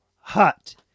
hot